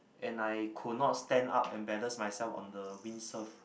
and I could not stand up and balance myself on the windsurf